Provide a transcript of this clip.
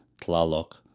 Tlaloc